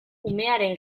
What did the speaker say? umearen